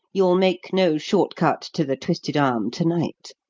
you'll make no short cut to the twisted arm to-night!